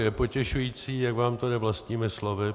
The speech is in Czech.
Je potěšující, jak vám to jde vlastními slovy.